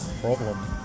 problem